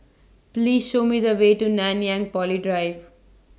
Please Show Me The Way to Nanyang Poly Drive